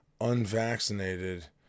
unvaccinated